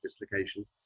dislocation